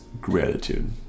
gratitude